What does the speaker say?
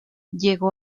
llegó